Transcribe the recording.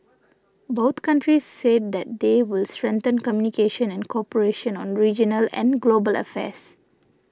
both countries said that they will strengthen communication and cooperation on regional and global affairs